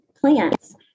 plants